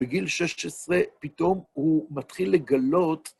בגיל 16 פתאום הוא מתחיל לגלות...